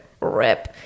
rip